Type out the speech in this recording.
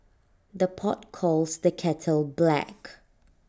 the pot calls the kettle black